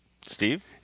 Steve